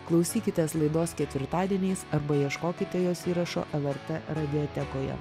klausykitės laidos ketvirtadieniais arba ieškokite jos įrašo lrt radiotekoje